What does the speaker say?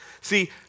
See